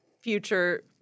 future